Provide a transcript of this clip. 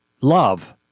love